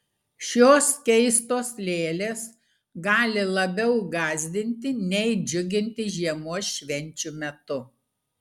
šios keistos lėlės gali labiau gąsdinti nei džiuginti žiemos švenčių metu